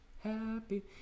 happy